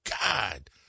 God